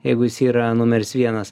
jeigu jis yra numeris vienas